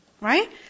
right